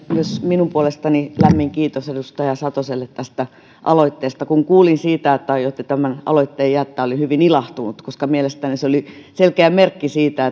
minun puolestani lämmin kiitos edustaja satoselle tästä aloitteesta kun kuulin siitä että aiotte tämän aloitteen jättää olin hyvin ilahtunut koska mielestäni se oli selkeä merkki siitä